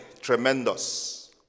tremendous